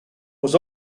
was